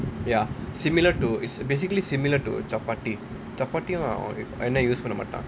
ya similar to its basically similar to chapaathi ah chapaathi யும்:yum oil பண்ண மாட்டாங்க:panna maataanga